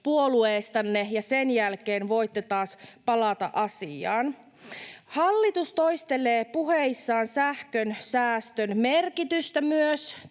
puolueestanne, ja sen jälkeen voitte taas palata asiaan. Hallitus toistelee puheissaan myös sähkönsäästön merkitystä.